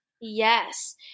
Yes